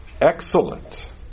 excellent